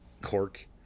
cork